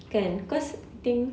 kan cause I think